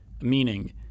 meaning